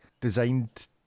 designed